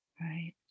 Right